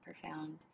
profound